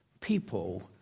people